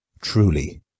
truly